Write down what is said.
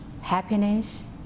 happiness